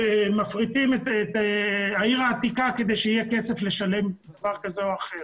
מפריטים את העיר העתיקה כדי שיהיה כסף לשלם לדבר כזה או אחר.